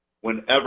whenever